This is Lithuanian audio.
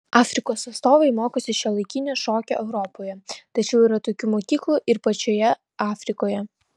afrikos atstovai mokosi šiuolaikinio šokio europoje tačiau yra tokių mokyklų ir pačioje afrikoje